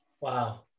Wow